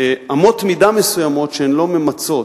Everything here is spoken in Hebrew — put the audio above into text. אמות מידה מסוימות, שהן לא ממצות,